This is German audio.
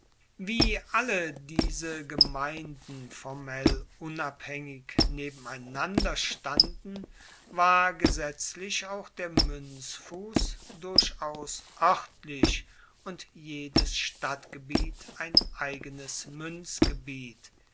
wie alle diese gemeinden formell unabhaengig nebeneinander standen war gesetzlich auch der muenzfuss durchaus oertlich und jedes stadtgebiet ein eigenes